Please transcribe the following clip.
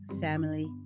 family